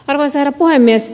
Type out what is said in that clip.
arvoisa herra puhemies